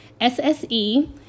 SSE